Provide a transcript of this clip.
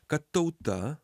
kad tauta